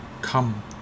come